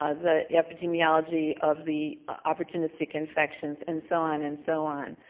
ah the epidemiology of the opportunistic infections and so on and so on.